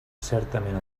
certament